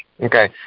Okay